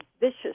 vicious